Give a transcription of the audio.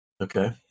Okay